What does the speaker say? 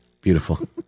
Beautiful